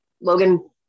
Logan